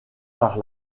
par